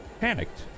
panicked